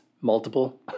multiple